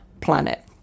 planet